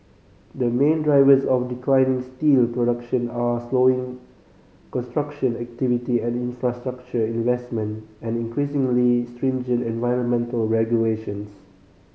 the main drivers of declining steel production are slowing construction activity and infrastructure investment and increasingly stringent environmental regulations